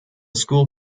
school